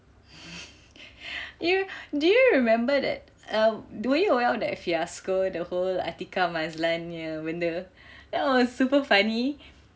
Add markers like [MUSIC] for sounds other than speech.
[BREATH] you do you remember that um the viral video that fiasco the whole Ateeqah Mazlan punya benda that was super funny